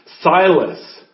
Silas